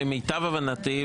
למיטב הבנתי,